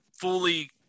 fully